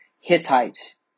Hittites